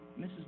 Mrs